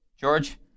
George